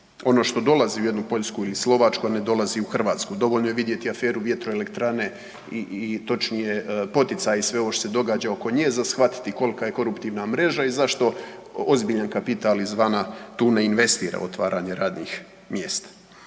ono što dolazi u jednu Poljsku ili Slovačku, a ne dolazi u Hrvatsku. dovoljno je vidjeti aferu vjetroelektrane i točnije i poticaj i sve ovo što se događa oko nje, za shvatiti kolika je koruptivna mreža i zašto ozbiljan kapital izvana tu ne investira otvaranje radnih mjesta.